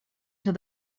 till